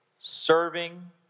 serving